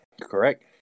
correct